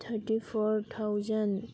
thirty four thousand